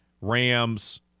Rams